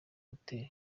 hoteli